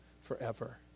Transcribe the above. forever